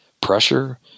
pressure